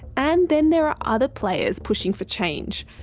and then there are other players pushing for change.